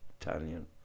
Italian